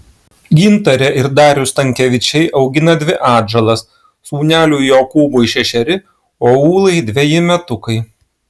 gintarė ir darius stankevičiai augina dvi atžalas sūneliui jokūbui šešeri o ūlai dveji metukai